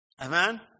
Amen